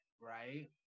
right